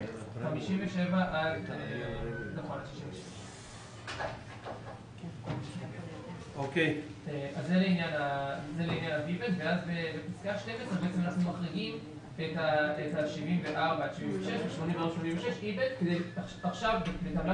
57 עד 66. בפסקה (12) אנחנו מחריגים את ה-74 עד 76. אחרי טבלה